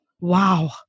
wow